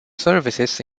services